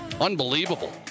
Unbelievable